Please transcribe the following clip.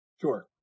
Sure